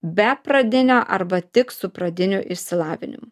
be pradinio arba tik su pradiniu išsilavinimu